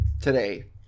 today